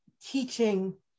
teaching